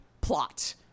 plot